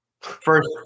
First